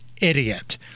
idiot